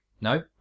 No